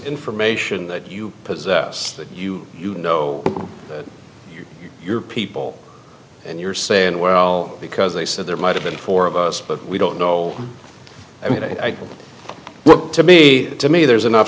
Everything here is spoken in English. information that you possess you know your people and you're saying well because they said there might have been four of us but we don't know i mean i look to me to me there's enough